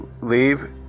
leave